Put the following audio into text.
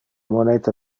moneta